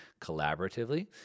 collaboratively